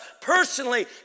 personally